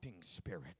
spirit